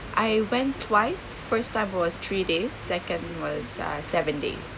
I went twice first time was three days second was uh seven days